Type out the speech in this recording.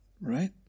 right